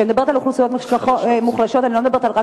כשאני מדברת על אוכלוסיות מוחלשות אני לא מדברת רק,